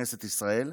בכנסת ישראל,